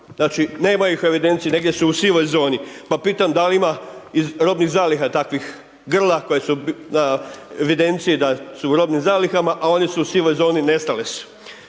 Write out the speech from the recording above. Znači nema ih u evidenciji, negdje su u sivoj zoni. Pa pitam da li ima robnih zaliha takvih grla koja su u evidenciji da su u robnim zalihama a oni su u sivoj zoni, nestale su.